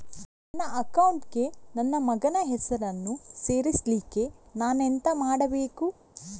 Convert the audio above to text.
ನನ್ನ ಅಕೌಂಟ್ ಗೆ ನನ್ನ ಮಗನ ಹೆಸರನ್ನು ಸೇರಿಸ್ಲಿಕ್ಕೆ ನಾನೆಂತ ಮಾಡಬೇಕು?